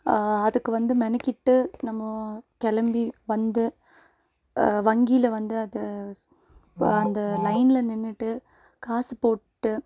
அதுக்கு வந்து மெனகெட்டு நம்ம கிளம்பி வந்து வங்கியில் வந்து அதை அந்த லைனில் நின்றுட்டு காசு போட்டுவிட்டு